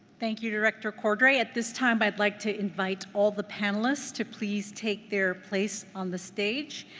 thank you, director cordray. at this time, i would like to invite all the panelists to please take their place on the stage,